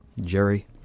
Jerry